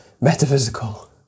Metaphysical